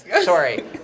Sorry